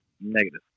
Negative